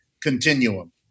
continuum